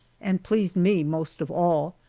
and pleased me most of all.